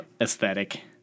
aesthetic